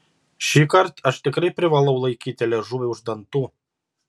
šįkart aš tikrai privalau laikyti liežuvį už dantų